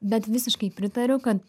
bet visiškai pritariu kad